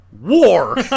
war